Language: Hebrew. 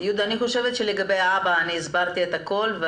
לגבי להבא, הסברתי את הכול.